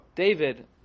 David